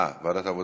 אה, ועדת העבודה.